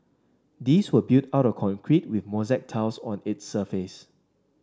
these were built out of concrete with mosaic tiles on its surface